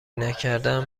نکردند